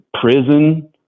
prison